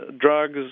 drugs